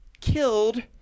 killed